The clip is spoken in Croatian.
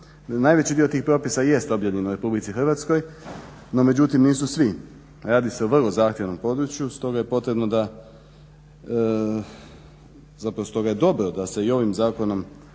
Najveći dio tih propisa jest objavljen u RH, no međutim nisu svi. Radi se o vrlo zahtjevnom području stoga je potrebno da, zapravo stoga je dobro da se i ovim zakonom